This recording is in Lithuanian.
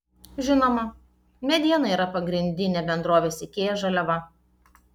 žinoma mediena yra pagrindinė bendrovės ikea žaliava